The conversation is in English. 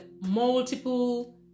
multiple